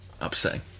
upsetting